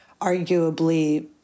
arguably